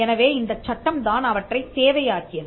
எனவே இந்தச் சட்டம்தான் அவற்றைத் தேவை ஆக்கியது